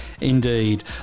Indeed